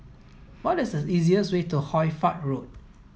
what is the easiest way to Hoy Fatt Road